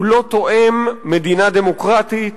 הוא לא תואם מדינה דמוקרטית.